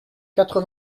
quatre